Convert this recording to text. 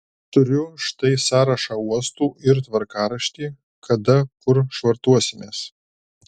turiu štai sąrašą uostų ir tvarkaraštį kada kur švartuosimės